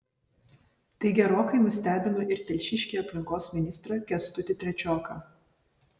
tai gerokai nustebino ir telšiškį aplinkos ministrą kęstutį trečioką